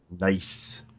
Nice